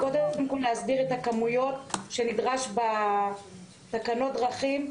קודם כל להסדיר את הכמויות שנדרש בתקנות דרכים.